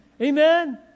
Amen